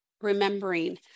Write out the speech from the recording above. remembering